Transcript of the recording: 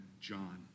John